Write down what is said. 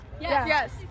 yes